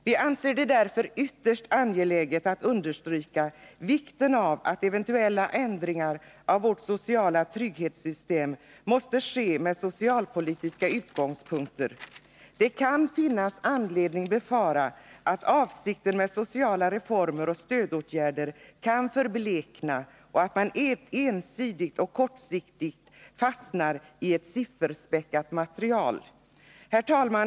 Vi anser det därför ytterst angeläget att understryka vikten av att eventuella ändringar av vårt sociala trygghetssystem sker med socialpolitiska utgångspunkter. Det kan finnas anledning att befara att avsikten med sociala reformer och stödåtgärder förbleknar och att man ensidigt och kortsiktigt fastnar i ett sifferspäckat material. Herr talman!